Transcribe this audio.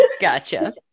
Gotcha